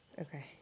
okay